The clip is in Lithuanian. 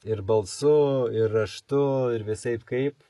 ir balsu ir raštu ir visaip kaip